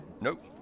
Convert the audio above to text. Nope